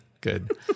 good